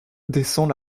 descend